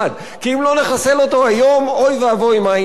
כי אם לא נחסל אותו היום, אוי ואבוי מה יהיה מחר.